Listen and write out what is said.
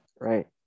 right